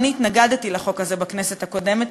התנגדתי לחוק הזה בכנסת הקודמת,